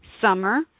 summer